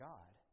God